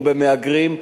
במהגרים,